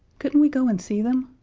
couldn't we go and see them?